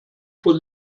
vor